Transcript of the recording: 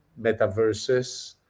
metaverses